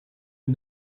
und